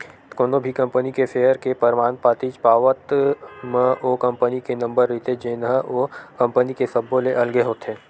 कोनो भी कंपनी के सेयर के परमान पातीच पावत म ओ कंपनी के नंबर रहिथे जेनहा ओ कंपनी के सब्बो ले अलगे होथे